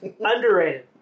Underrated